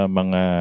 mga